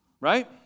right